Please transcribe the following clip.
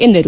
ಎಂದರು